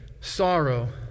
sorrow